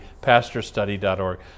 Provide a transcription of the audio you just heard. pastorstudy.org